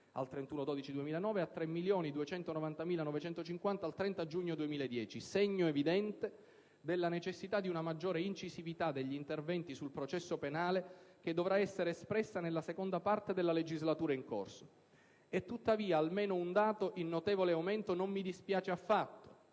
al 31 dicembre 2009 a 3.290.950 al 30 giugno 2010): segno evidente della necessità di una maggiore incisività degli interventi sul processo penale che dovrà essere espressa nella seconda parte della legislatura in corso. E tuttavia almeno un dato in notevole aumento non mi dispiace affatto,